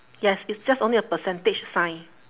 yes it's just only a percentage sign